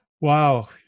Wow